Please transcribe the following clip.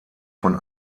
von